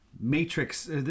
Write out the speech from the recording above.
Matrix